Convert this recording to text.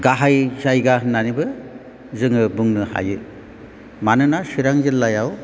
गाहाय जायगा होननानैबो जोङो बुंनो हायो मानोना चिरां जिल्लायाव